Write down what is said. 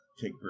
take